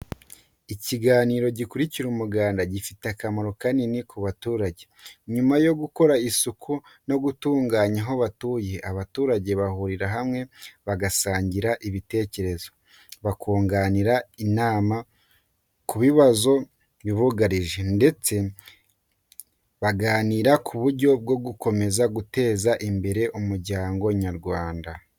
Ikiganiro gikurikira umuganda gifite akamaro kanini ku baturage. Nyuma yo gukora isuku no gutunganya aho batuye, abaturage bahurira hamwe bagasangira ibitekerezo, bakungurana inama ku bibazo bibugarije, ndetse banaganira ku buryo bwo gukomeza guteza imbere umuryango nyarwanda.